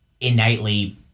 innately